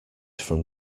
from